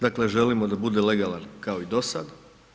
Dakle, želimo da bude legalan kao i dosada.